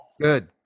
good